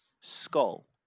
skull